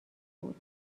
بود